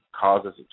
causes